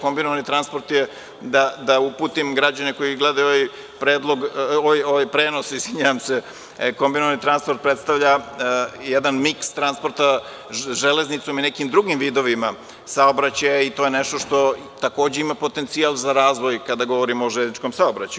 Kombinovani transport je, da uputim građane koji gledaju ovaj prenos, kombinovani transport predstavlja jedan miks transporta železnicom i nekim drugim vidovima saobraćaja i to je nešto što takođe ima potencijal za razvoj kada govorimo o železničkom saobraćaju.